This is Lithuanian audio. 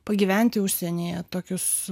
pagyventi užsienyje tokius